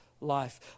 life